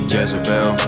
Jezebel